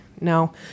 no